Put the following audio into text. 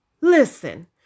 listen